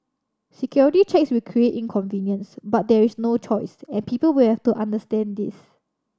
security checks will create inconvenience but there is no choice and people will have to understand this